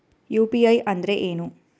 UPI ಅಂದ್ರೆ ಏನು?